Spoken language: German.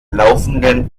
laufenden